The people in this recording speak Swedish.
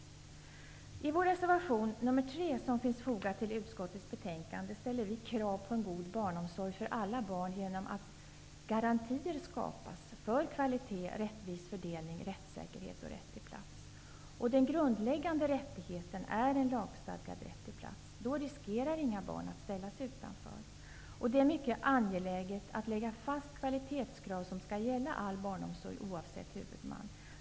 I vår reservation nr 3, som finns fogad till utskottets betänkande, ställer vi krav på en god barnomsorg för alla barn genom att det skapas garantier för kvalitet, rättvis fördelning, rättssäkerhet och rätt till plats. Den grundläggande rättigheten är en lagstadgad rätt till plats. Då riskerar inga barn att ställas utanför. Det är mycket angeläget att lägga fast kvalitetskrav som skall gälla all barnomsorg oavsett huvudman.